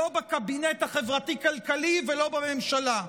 לא בקבינט החברתי-כלכלי ולא בממשלה.